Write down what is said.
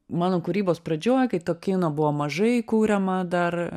mano kūrybos pradžioj kai to kino buvo mažai kuriama dar